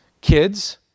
Kids